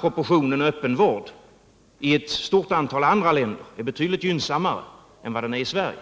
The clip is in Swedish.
Proportionen öppenvård i ett stort antal andra länder är betydligt gynnsammare än vad den är i Sverige.